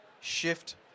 shift